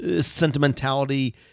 sentimentality